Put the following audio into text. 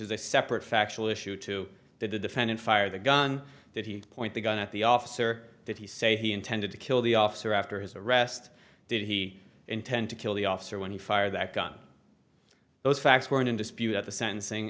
is a separate factual issue to the defendant fired the gun that he point the gun at the officer did he say he intended to kill the officer after his arrest did he intend to kill the officer when he fired that gun those facts weren't in dispute at the sentencing